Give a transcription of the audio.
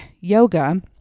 yoga